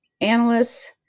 analysts